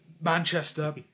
Manchester